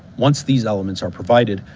once these elements are provided,